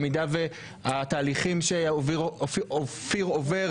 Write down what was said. במידה והתהליכים שאופיר עובר,